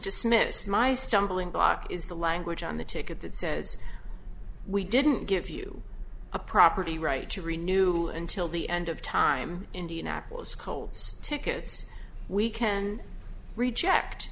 dismiss my stumbling block is the language on the ticket that says we didn't give you a property right to renew until the end of time indianapolis colts tickets we can reject